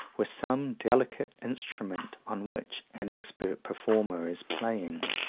were some delicate instrument on which an expert performer is playing.